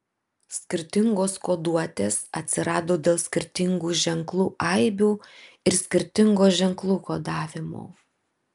skirtingos koduotės atsirado dėl skirtingų ženklų aibių ir skirtingo ženklų kodavimo